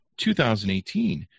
2018